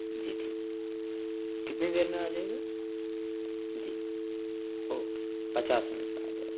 جی ٹھیک کتنی دیر میں آجائے گا جی اوکے پچاس منٹ میں آجائے گا